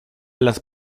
las